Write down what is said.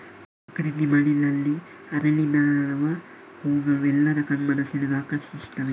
ಪ್ರಕೃತಿಯ ಮಡಿಲಲ್ಲಿ ಅರಳಿ ನಲಿವ ಹೂಗಳು ಎಲ್ಲರ ಕಣ್ಮನ ಸೆಳೆದು ಆಕರ್ಷಿಸ್ತವೆ